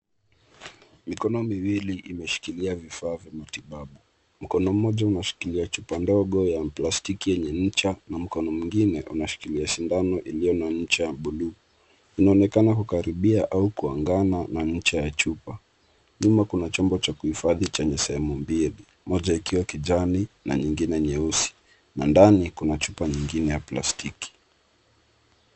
Mikono miwili imeshikilia vifaa vya matibabu. Mkono mmoja unashikilia chupa ndogo ya plastiki yenye ncha na mkono mwingine unashikilia sindano iliyo na ncha ya buluu, inaonekana kukaribia au kuungana na ncha ya chupa. Nyuma kuna chombo cha kuhifadhi chenye sehemu mbili moja ikiwa kijani na nyingine nyeusi na ndani kuna chupa nyingine ya plastiki.